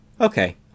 Okay